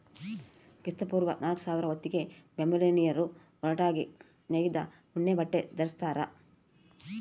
ಕ್ರಿಸ್ತಪೂರ್ವ ನಾಲ್ಕುಸಾವಿರ ಹೊತ್ತಿಗೆ ಬ್ಯಾಬಿಲೋನಿಯನ್ನರು ಹೊರಟಾಗಿ ನೇಯ್ದ ಉಣ್ಣೆಬಟ್ಟೆ ಧರಿಸ್ಯಾರ